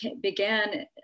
began